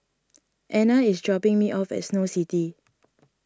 Ana is dropping me off at Snow City